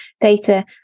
data